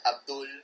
Abdul